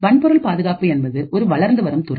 வன்பொருள் பாதுகாப்பு என்பது ஒரு வளர்ந்து வரும் துறை